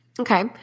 Okay